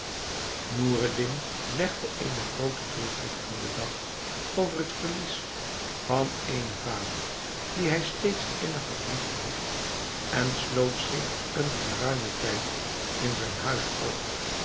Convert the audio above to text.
noureddin legde eene groote droefheid aan den dag over het verlies van eenen vader dien hij steeds innig had lief gehad en sloot zich een geruimen tijd in zijn huis op